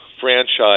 franchise